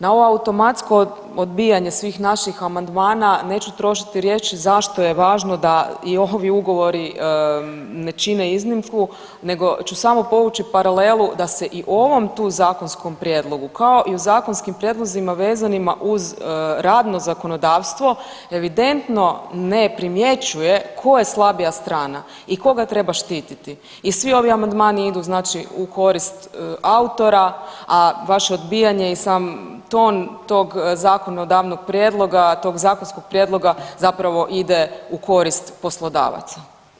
Na ovo automatsko odbijanje svih naših amandmana neću trošiti riječi zašto je važno da i ovi ugovori ne čine iznimku, nego ću samo povući paralelu da se i ovom tu zakonskom prijedlogu, kao i u zakonskim prijedlozima vezanima uz radno zakonodavstvo evidentno ne primjećuje tko je slabija strana i koga treba štititi i svi ovi amandmani idu znači u korist autora, a vaše odbijanje i sam ton tog zakonodavnog prijedloga, tog zakonskog prijedloga zapravo ide u korist poslodavaca.